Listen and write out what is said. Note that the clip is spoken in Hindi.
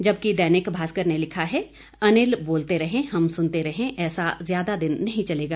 जबकि दैनिक भास्कर ने लिखा है अँनिल बोलते रहें हम सुनते रहें ऐसा ज्यादा दिन नहीं चलेगा